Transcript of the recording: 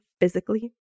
physically